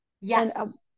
Yes